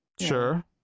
Sure